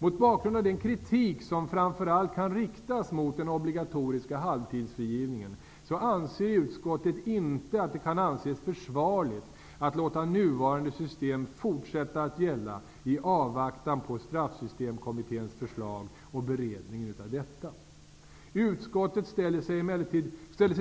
Mot bakgrund av den kritik som framför allt kan riktas mot den obligatoriska halvtidsfrigivningen anser utskottet inte att det kan anses försvarligt att låta nuvarande system fortsätta att gälla i avvaktan på Straffsystemkommitténs betänkande och beredningen av detta. Utskottet ställer sig